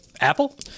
Apple